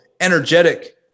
energetic